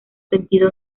sentido